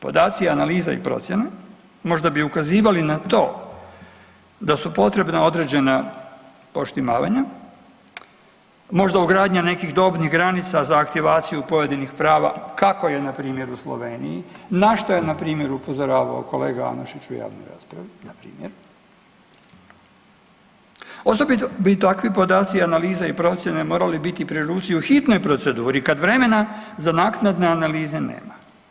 Podaci, analiza i procjena možda bi ukazivali na to da su potrebna određena poštimavanja, možda ugradnja nekih dobnih granica za aktivaciju pojedinih prava kako je npr. u Sloveniji na šta je npr. upozoravao kolega Anušić u javnoj raspravi npr., osobito bi takvi podaci, analize i procjene morali biti pri ruci u hitnoj proceduri kad vremena za naknadne analize nema.